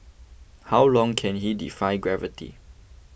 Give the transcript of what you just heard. how long can he defy gravity